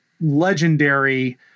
legendary